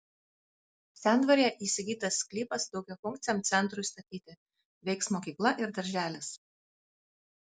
sendvaryje įsigytas sklypas daugiafunkciam centrui statyti veiks mokykla ir darželis